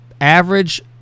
average